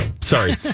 sorry